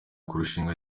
kurushinga